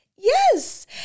Yes